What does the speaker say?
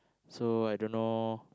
so I don't know